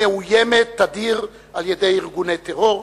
היא מאוימת תדיר על-ידי ארגוני טרור,